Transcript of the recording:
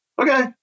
okay